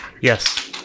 yes